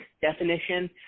definition